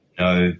no